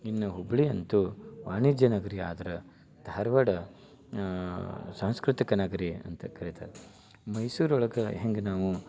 ಇನ್ನು ಹುಬ್ಬಳ್ಳಿ ಅಂತೂ ವಾಣಿಜ್ಯ ನಗರಿ ಆದ್ರೆ ಧಾರವಾಡ ಸಾಂಸ್ಕೃತಿಕ ನಗರಿ ಅಂತ ಕರಿತಾರೆ ಮೈಸೂರು ಒಳಗೆ ಹೆಂಗೆ ನಾವು